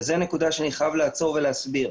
וזו נקודה שאני חייב לעצור ולהסביר.